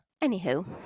Anywho